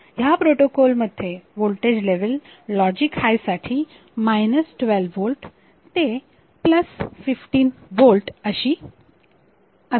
ह्या प्रोटोकॉल मध्ये voltage level logic high साठी 12 व्होल्ट ते 15 व्होल्ट अशी असते